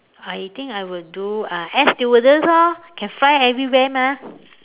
I think I will do uh air stewardess orh can fly everywhere mah